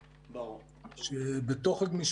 "ביחד" שזה קרסו מיבואני הרכב,